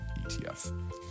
ETF